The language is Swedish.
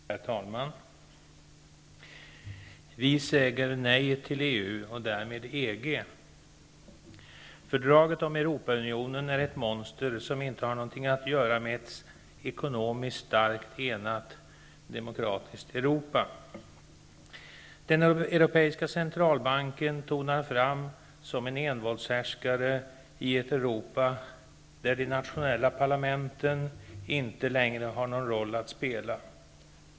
Herr talman! Vi säger nej till EU och därmed till EG. Fördraget om Europaunionen är ett monster, som inte har någonting att göra med ett ekonomiskt starkt, enat demokratiskt Europa. Den europeiska centralbanken tonar fram som en envåldshärskare i ett Europa där de nationella parlamenten inte längre har någon roll att spela.